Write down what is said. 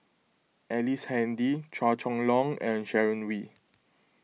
Ellice Handy Chua Chong Long and Sharon Wee